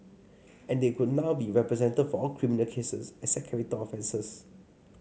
and they could now be represented for all criminal cases except capital offences